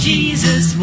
Jesus